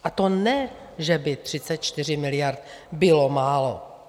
A to ne, že by 34 miliard bylo málo.